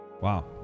Wow